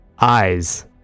eyes